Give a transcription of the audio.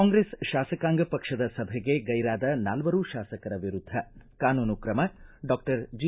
ಕಾಂಗ್ರೆಸ್ ಶಾಸಕಾಂಗ ಪಕ್ಷದ ಸಭೆಗೆ ಗೈರಾದ ನಾಲ್ವರು ಶಾಸಕರ ವಿರುದ್ಧ ಕಾನೂನು ಕ್ರಮ ಡಾಕ್ಟರ್ ಜಿ